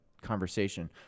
conversation